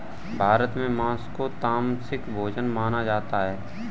भारत में माँस को तामसिक भोजन माना जाता है